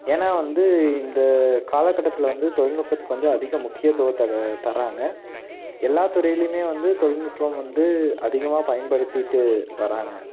ஏன்னா வந்து இந்த காலகட்டத்தில் வந்து தொழில்நுட்பத்துக்கு வந்து அதிக முக்கியத்துவம் தர தராங்க எல்லா துறையிலையுமே வந்து தொழில்நுட்பம் வந்து அதிகமாக பயன்படுத்திகிட்டு வராங்க